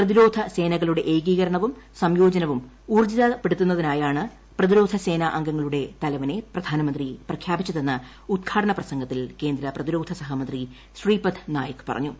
പ്രതിരോധ സേനകളുടെ ഏക്റീകരണവും സംയോജനവും ഊർജിതപ്പെടുന്നതിനായാണ് പ്രതിരോധ സേനാ അംഗങ്ങളുടെ തലവനെ പ്രധാനമന്ത്രി പ്രഖ്യാപിച്ചത് എന്ന് ഉദ്ഘാടന പ്രസംഗത്തിൽ കേന്ദ്ര പ്രതിരോധ സഹമന്ത്രി ശ്രീപദ് നായിക് പറഞ്ഞു